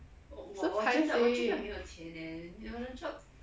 so paiseh